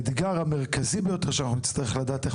האתגר המרכזי ביותר שנצטרך להבין איך